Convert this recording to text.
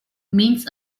means